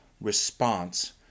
response